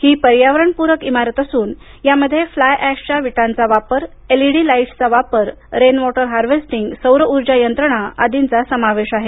ही पर्यावरणप्रक इमारत असून यामध्ये फ्लाय एशच्या विटांचा वापर एल ईडी लाईटसचा वापर रेनवॉटर हार्वेस्टिंग सौर ऊर्जा यंत्रणा आदींचा समावेश आहे